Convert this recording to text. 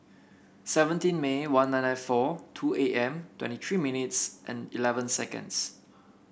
seventeen May one nine nine four two A M twenty three minutes and eleven seconds